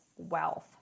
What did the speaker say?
wealth